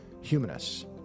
humanists